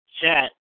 chat